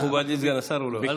מכובדי סגן השר, הוא לא יכול.